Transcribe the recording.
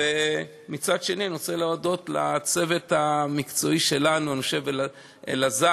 ומצד שני אני רוצה להודות לצוות המקצועי שלנו: אלעזר,